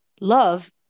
love